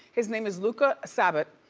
his name is luka sabbat.